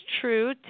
true